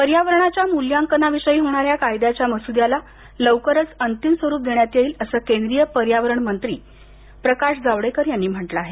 पर्यावरणाच्या मूल्यांकनाविषयी होणाऱ्या कायद्याच्या मसुद्याला लवकरच अंतिम स्वरूप देण्यात येईल असं केंद्रीय पर्यावरण मंत्री प्रकाश जावडेकर यांनी म्हटलं आहे